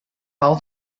pau